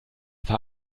war